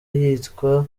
yitwa